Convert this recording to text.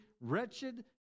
wretched